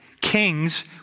kings